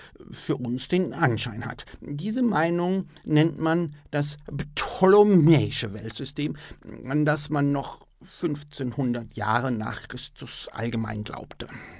für uns den anschein hat diese meinung nennt man das ptolomäische weltsystem an das man noch jahre nach christus allgemein glaubte